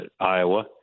Iowa